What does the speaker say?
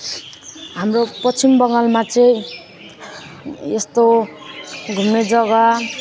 हाम्रो पश्चिम बङ्गालमा चाहिँ यस्तो घुम्ने जगा